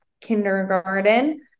kindergarten